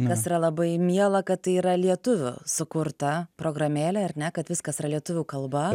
kas yra labai miela kad tai yra lietuvių sukurta programėlė ar ne kad viskas yra lietuvių kalbą